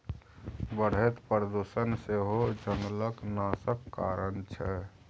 बढ़ैत प्रदुषण सेहो जंगलक नाशक कारण छै